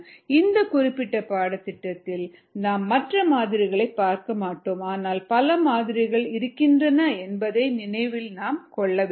இந்த குறிப்பிட்ட பாடத்திட்டத்தில் நாம் மற்ற மாதிரிகளைப் பார்க்க மாட்டோம் ஆனால் பல மாதிரிகள் இருக்கின்றன என்பதை நினைவில் நாம் கொள்ள வேண்டும்